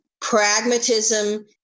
pragmatism